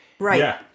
Right